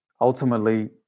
ultimately